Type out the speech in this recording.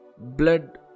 blood